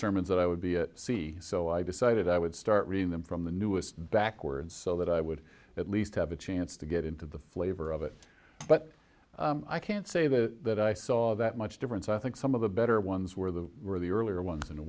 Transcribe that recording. sermons that i would be a c so i decided i would start reading them from the newest backwards so that i would at least have a chance to get into the flavor of it but i can't say that i saw that much difference i think some of the better ones were the were the earlier ones in a